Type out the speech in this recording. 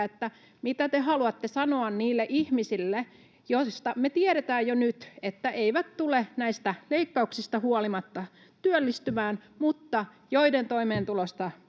mitä te haluatte sanoa niille ihmisille, joista me tiedetään jo nyt, että he eivät tule näistä leikkauksista huolimatta työllistymään mutta joiden toimeentulosta